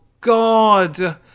god